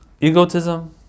egotism